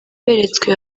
beretswe